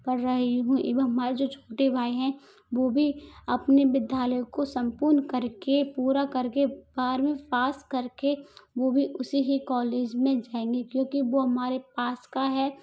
पढ़ रही हूँ एवं हमारे जो छोटे भाई हैं वो भी अपने विद्यालय को सम्पूर्ण करके पूरा करके बारवीं पास करके वो भी उसी ही कॉलेज में जाएंगे क्योंकि वो हमारे पास का है